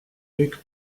luc